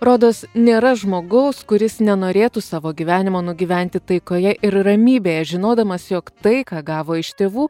rodos nėra žmogaus kuris nenorėtų savo gyvenimo nugyventi taikoje ir ramybėje žinodamas jog tai ką gavo iš tėvų